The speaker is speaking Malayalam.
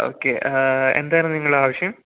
ഓക്കേ എന്തായിരുന്നു നിങ്ങളുടെ ആവശ്യം